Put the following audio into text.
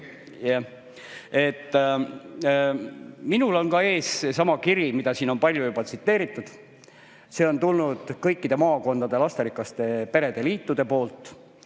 Minul on ees seesama kiri, mida siin on palju tsiteeritud. See on tulnud kõikide maakondade lasterikaste perede liitudelt.